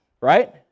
right